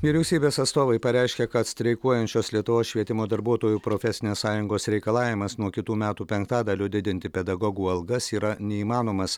vyriausybės atstovai pareiškė kad streikuojančios lietuvos švietimo darbuotojų profesinės sąjungos reikalavimas nuo kitų metų penktadaliu didinti pedagogų algas yra neįmanomas